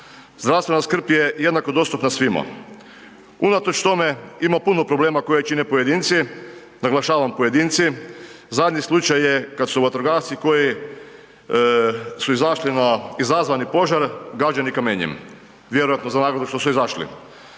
Zdravstvena skrb je jednako dostupna svima. Unatoč tome ima puno problema koje čine pojedinci, naglašavam pojedinci. Zadnji slučaj je kad su vatrogasci koji su izašli na izazvani požar, gađani kamenjem. Vjerojatno zato što su izašli.